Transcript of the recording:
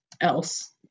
else